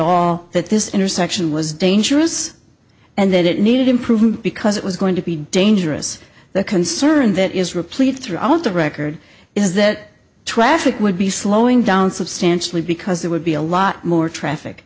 all that this intersection was dangerous and that it needed improvement because it was going to be dangerous the concern that is replete throughout the record is that traffic would be slowing down substantially because there would be a lot more traffic